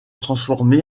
transformé